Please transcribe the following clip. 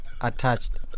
attached